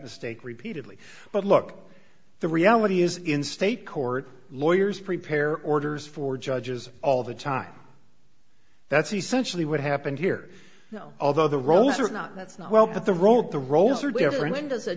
mistake repeatedly but look the reality is in state court lawyers prepare orders for judges all the time that's essentially what happened here no although the roles are not that's not well but the ro